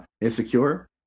Insecure